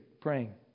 praying